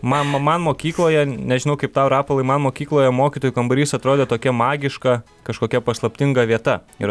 man mokykloje nežinau kaip tau rapolai man mokykloje mokytojų kambarys atrodė tokia magiška kažkokia paslaptinga vieta ir atrodydavo jeigu ten